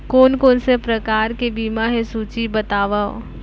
कोन कोन से प्रकार के बीमा हे सूची बतावव?